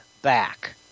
back